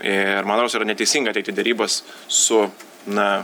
ir man rodos yra neteisinga ateit į derybas su na